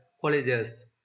colleges